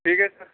ठीक आहे सर